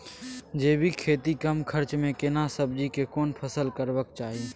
जैविक खेती कम खर्च में केना सब्जी के कोन फसल करबाक चाही?